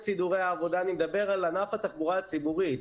סידורי העבודה אני מדבר על ענף התחבורה הציבורית,